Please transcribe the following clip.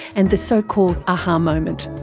and the so-called a-ha moment.